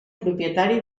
propietari